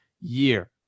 year